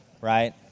right